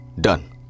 Done